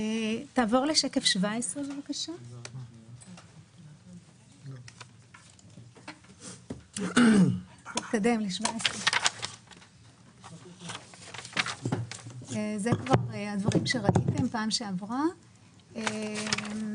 נעבור לשקף 17. רואים כאן את השכיחות של הסוכרת לפי אוכלוסיות.